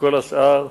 וכל השאר,